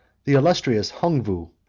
the illustrious hongvou,